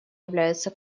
являются